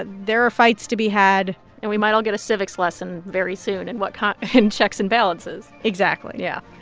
there are fights to be had and we might all get a civics lesson very soon in what kind in checks and balances exactly yeah.